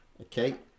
Okay